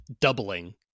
doubling